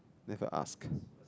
need to ask